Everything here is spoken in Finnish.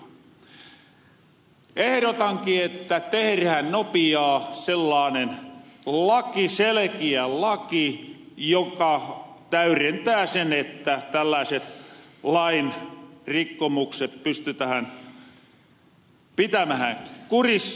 ehrotanki että teherähän nopiaa sellaanen laki selekiä laki joka täyrentää sen että tällääset lain rikkomukset pystytähän pitämähän kurissa